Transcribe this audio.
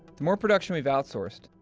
the more production we've outsourced,